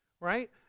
right